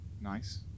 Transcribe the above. nice